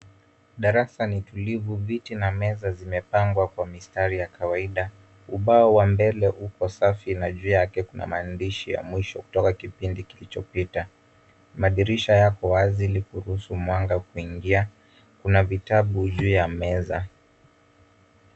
Darasa ni tulivu. Viti na meza zimepangwa kwa mistari ya kawaida. Ubao wa mbele uko safi na juu yake kuna maandishi ya mwisho kutoka kipindi kilichopita. Madirisha yapo wazi ili kuruhusu mwanga kuingia. Kuna vitabu juu ya meza.